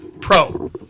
Pro